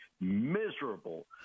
miserable